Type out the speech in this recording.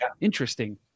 Interesting